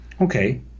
Okay